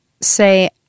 say